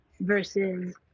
versus